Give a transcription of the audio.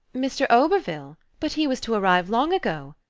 mr. oberville? but he was to arrive long ago!